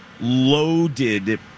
loaded